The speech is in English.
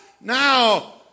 Now